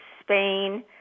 Spain